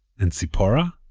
and tzipora?